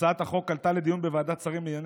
הצעת החוק עלתה לדיון בוועדת שרים לענייני